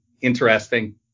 interesting